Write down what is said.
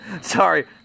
Sorry